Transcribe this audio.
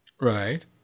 Right